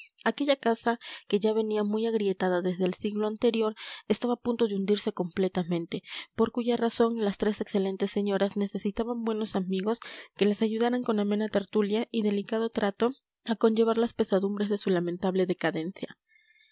aquella casa que ya venía muy agrietada desde el siglo anterior estaba a punto de hundirse completamente por cuya razón las tres excelentes señoras necesitaban buenos amigos que les ayudaran con amena tertulia y delicado trato a conllevar las pesadumbres de su lamentable decadencia